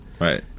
Right